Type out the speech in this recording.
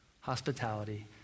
Hospitality